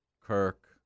Kirk